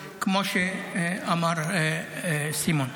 כמו שאמר סימון.